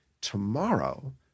tomorrow